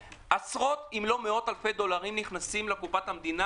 עשרות אם לא מאות אלפי דולרים נכנסים לקופת המדינה